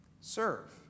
serve